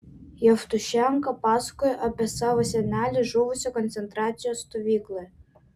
jevtušenka pasakojo apie savo senelį žuvusį koncentracijos stovykloje